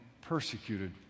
persecuted